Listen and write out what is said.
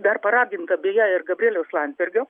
dar paraginta beje ir gabrieliaus landsbergio